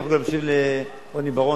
אתה יכול להקשיב לרוני בר-און,